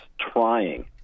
trying